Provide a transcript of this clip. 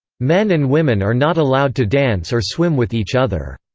men and women are not allowed to dance or swim with each other.